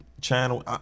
channel